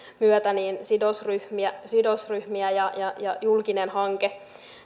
myötä sidosryhmiä sidosryhmiä koskeva ja julkinen hanke